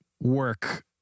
work